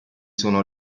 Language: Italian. sono